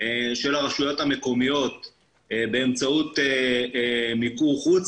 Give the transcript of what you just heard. של הרשויות המקומיות באמצעות מיקור חוץ,